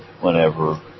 whenever